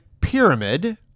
pyramid